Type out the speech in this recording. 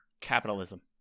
Capitalism